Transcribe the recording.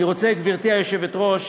אני רוצה, גברתי היושבת-ראש,